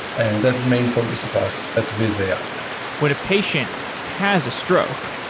and that's the main focus of us at viz ai when a patient has a stroke,